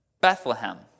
Bethlehem